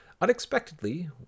Unexpectedly